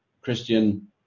christian